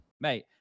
Mate